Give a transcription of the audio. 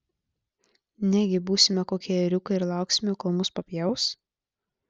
negi būsime kokie ėriukai ir lauksime kol mus papjaus